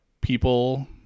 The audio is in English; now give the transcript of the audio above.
people